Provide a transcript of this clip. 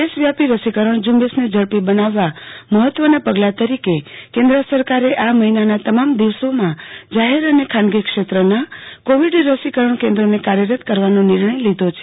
દેશવ્યાપો રસીકરણ ઝુંબેશને ઝડપી બનાવવા મહત્વના પગલા તરીકે કેન્દ સરકારે આ મહિના ના તમામ દિવસોમાં જાહેર અને ખાનગી ક્ષેત્રના કોવિડ રસીકરણ કન્દોને કાર્યરત કરવાનો નિર્ણય લીધો છે